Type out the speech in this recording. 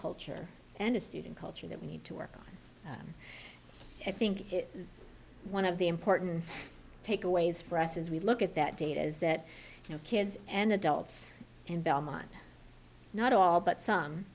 culture and a student culture that we need to work on i think one of the important takeaways for us as we look at that data is that you know kids and adults in belmont not all but some